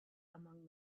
among